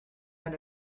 men